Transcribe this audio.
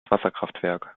wasserkraftwerk